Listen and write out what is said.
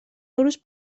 euros